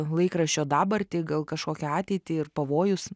laikraščio dabartį gal kažkokią ateitį ir pavojus